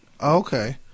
okay